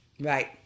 Right